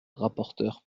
rapporteur